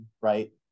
right